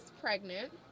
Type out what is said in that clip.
pregnant